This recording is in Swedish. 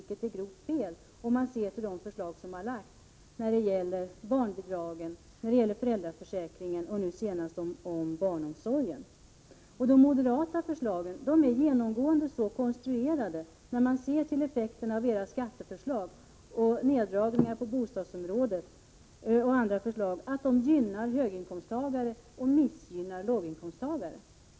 Det är grovt felaktigt med tanke på de förslag som framlagts när det gäller barnbidragen, föräldraförsäkringen och nu senast barnomsorgen. De moderata förslagen om skattesänkningar, om neddragningar på bostadsområdet och om annat är genomgående så konstruerade att de gynnar höginkomsttagare och missgynnar låginkomsttagare.